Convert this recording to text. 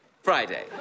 Friday